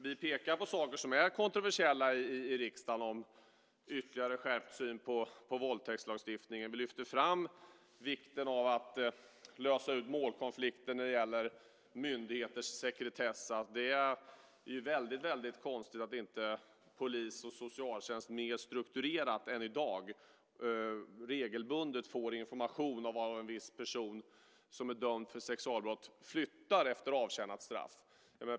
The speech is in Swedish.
Vi pekar på saker som är kontroversiella i riksdagen, om ytterligare skärpt syn på våldtäktslagstiftningen. Vi lyfter fram vikten av att lösa ut målkonflikten när det gäller myndigheters sekretess. Det är konstigt att inte polis och socialtjänst mer strukturerat än i dag regelbundet får information om var en viss person som är dömd för sexualbrott flyttar efter avtjänat straff.